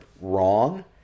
wrong